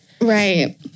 Right